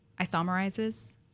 isomerizes